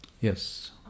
Yes